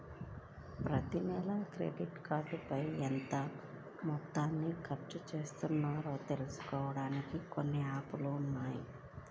ప్రతినెలా క్రెడిట్ కార్డుపైన ఎంత మొత్తాన్ని ఖర్చుచేశామో తెలుసుకోడానికి కొన్ని యాప్ లు ఉన్నాయి